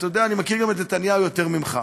אתה יודע, אני מכיר את נתניהו יותר ממך.